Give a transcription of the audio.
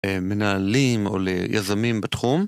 מנהלים או ליזמים בתחום